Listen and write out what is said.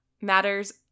matters